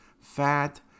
fat